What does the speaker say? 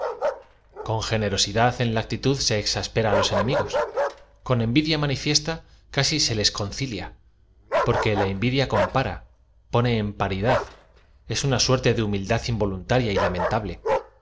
con generosidad en la actitud se exaspera á los enemigos eco envidia manifiesta casi se lea concili porque la envidia compara pone en paridad es una suerte de humildad involuntaria y lamentable